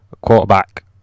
quarterback